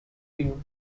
you